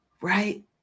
Right